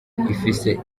ifise